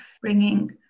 bringing